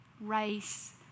race